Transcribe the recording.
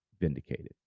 vindicated